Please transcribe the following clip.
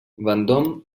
vendôme